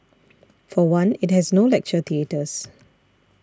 for one it has no lecture theatres